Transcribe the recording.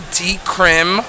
decrim